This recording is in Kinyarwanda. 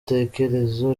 utekereza